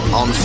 on